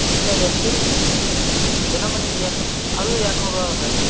தினமலர் வந்து தினமணி இருநூத் அதுவும் இருநூறுவா தான் சார்